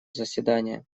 заседания